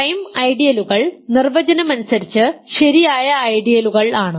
prime ഐഡിയലുകൾ നിർവചനം അനുസരിച്ച് ശരിയായ ഐഡിയലുകൾ ആണ്